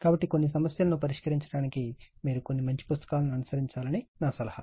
కాబట్టి కొన్ని సమస్యలను పరిష్కరించడానికి మీరు కొన్ని మంచి పుస్తకాలను అనుసరించాలని నా సలహా